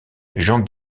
jean